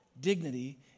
dignity